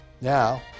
Now